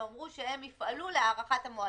הם אמרו שהם יפעלו להארכת המועדים.